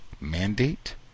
mandate